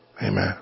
Amen